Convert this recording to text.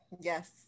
Yes